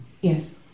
Yes